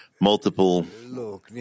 multiple